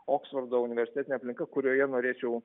oksfordo universitetinė aplinka kurioje norėčiau